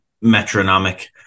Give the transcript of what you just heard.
metronomic